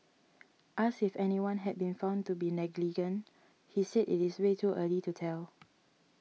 asked if anyone had been found to be negligent he said it is way too early to tell